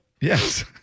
Yes